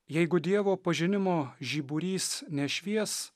jeigu dievo pažinimo žiburys nešvies